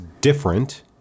different